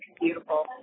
Beautiful